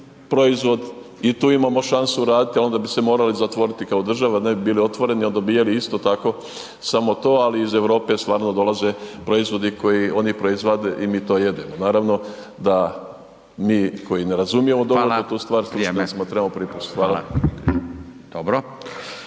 .../Govornik se ne razumije./... a onda bi se morali zatvoriti kao država, ne bi bili otvoreni, onda bi jeli isto tako samo to, ali iz Europe stvarno dolaze proizvodi koje oni proizvode i mi to jedemo. Naravno da mi koji ne razumijemo dovoljno tu stvar .../Govornik se ne razumije./... Hvala.